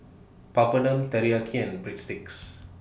Papadum Teriyaki and Breadsticks